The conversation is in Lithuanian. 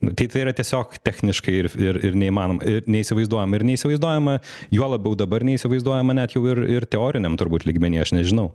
na tai tai yra tiesiog techniškai ir ir neįmanoma ir neįsivaizduojama ir neįsivaizduojama juo labiau dabar neįsivaizduojama net jau ir ir teoriniam turbūt lygmeny aš nežinau